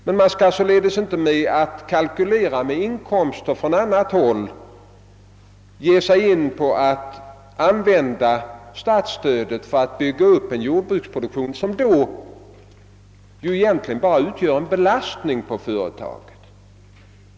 Man skall sålunda inte stödd på inkomstkalkyler från annat håll ge sig in på att använda statsstödet för att bygga upp en jordbruksproduktion som då kommer att utgöra en belastning på företaget.